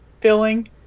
filling